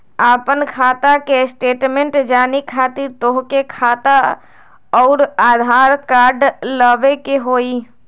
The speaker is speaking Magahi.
आपन खाता के स्टेटमेंट जाने खातिर तोहके खाता अऊर आधार कार्ड लबे के होइ?